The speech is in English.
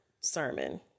sermon